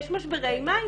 יש משברי מים.